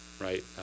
right